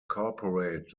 corporate